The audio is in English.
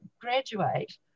graduate